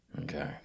Okay